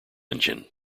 engine